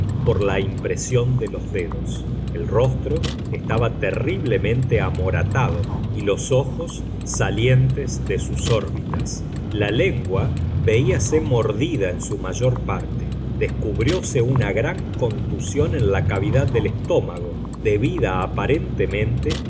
por la impresión de los dedos el rostro estaba terriblemente amoratado y los ojos salientes de sus órbitas la lengua veíase mordida en su mayor parte descubrióse una gran contusión en la cavidad del estómago debida aparentemente